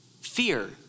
fear